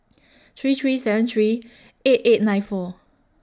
three three seven three eight eight nine four